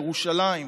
ירושלים,